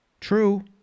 true